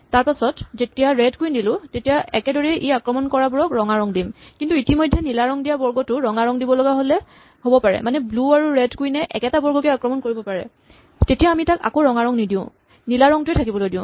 তাৰপাচত যেনিবা red queen দিলো এতিয়া একেদৰেই ই আক্ৰমণ কৰাবোৰক ৰঙা ৰং দিম কিন্তু ইতিমধ্যে নীলা ৰং দিয়া বৰ্গটো ৰঙা ৰং দিব লগা হ'ব পাৰে মানে ব্লু আৰু ৰেড কুইন এ একেটা বৰ্গকে আক্ৰমণ কৰিব পাৰে তেতিয়া আমি তাক আকৌ ৰঙা ৰং নিদিও নীলা ৰঙটোৱেই থাকিবলৈ দিওঁ